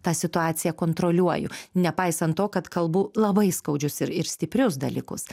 tą situaciją kontroliuoju nepaisant to kad kalbu labai skaudžius ir ir stiprius dalykus